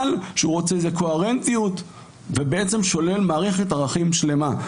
שהוא רוצה איזו קוהרנטיות ובעצם שולל מערכת ערכים שלמה.